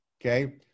Okay